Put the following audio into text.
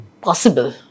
possible